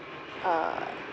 err